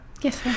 Yes